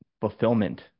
fulfillment